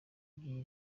iby’iyi